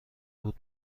بود